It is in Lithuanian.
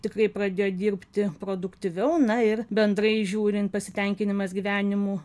tikrai pradėjo dirbti produktyviau na ir bendrai žiūrint pasitenkinimas gyvenimu